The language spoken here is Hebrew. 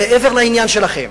מעבר לעניין שלכם,